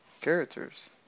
characters